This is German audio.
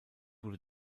wurde